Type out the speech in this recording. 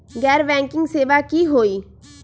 गैर बैंकिंग सेवा की होई?